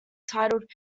titled